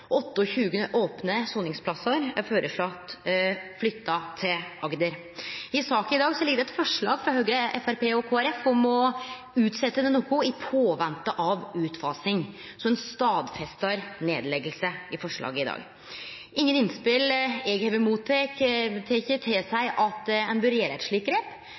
28 opne soningsplassar er føreslått flytta til Agder. I saka i dag ligg det eit forslag frå Høgre, Framstegspartiet og Kristeleg Folkeparti om å utsetje dette noko mens ein ventar på utfasing, så ein stadfestar nedlegging i forslaget i dag. Ingen innspel eg har motteke, tilseier at ein bør gjere eit slikt grep.